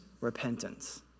Repentance